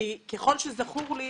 ככל שזכור לי,